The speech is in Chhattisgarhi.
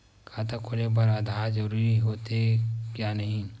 खाता खोले बार आधार जरूरी हो थे या नहीं?